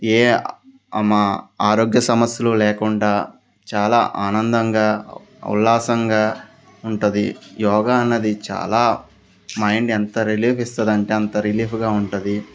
ఏ మా ఆరోగ్య సమస్యలు లేకుండా చాలా ఆనందంగా ఉల్లాసంగా ఉంటుంది యోగా అన్నది చాలా మైండ్ ఎంత రిలీఫ్ ఇస్తుందంటే అంత రిలీఫ్గా ఉంటుంది